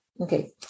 Okay